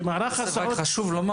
כי מערך ההסעות --- חשוב לומר